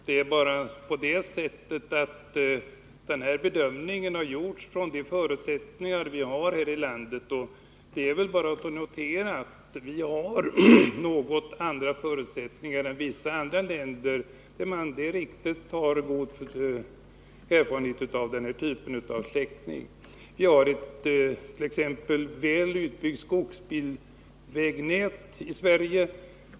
Men regeringens bedömning har gjorts utifrån de förutsättningar vi har här i landet, och det är bara att notera att vi har något andra förutsättningar än vissa andra länder, där man har god erfarenhet av denna typ av släckning. Vi hart.ex. ett väl utbyggt skogsvägnät i Sverige.